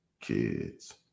kids